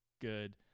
good –